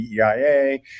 DEIA